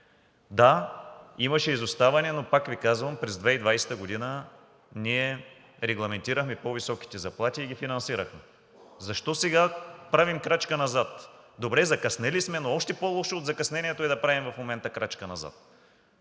Да, имаше изоставане, но пак Ви казвам, през 2020 г. ние регламентирахме по високите заплати и ги финансирахме. Защо сега правим крачка назад?! Добре, закъснели сме, но още по-лошо от закъснението е да правим в момента крачка назад.